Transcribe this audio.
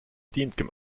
verdient